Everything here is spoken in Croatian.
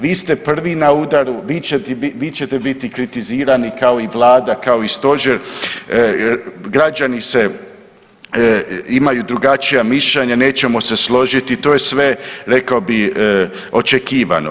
Vi ste prvi na udaru, vi ćete biti kritizirani kao i vlada kao i stožer, građani se imaju drugačija mišljenja nećemo se složiti, to je sve rekao bi očekivano.